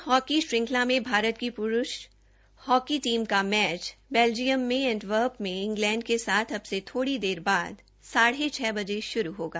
European hockey श्रृंखला में भारत की पुरूष हॉकी टीम का मैच बैल्जियम में एंटवर्प में इंग्लेंड के साथ अब से थोड़ी देर बाद साढे छः बजे शुरू होगा